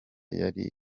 yari